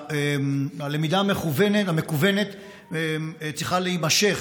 הלמידה המקוונת צריכה להימשך.